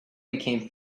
became